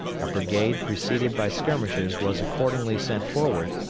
a brigade preceded by skirmishers was accordingly sent forward,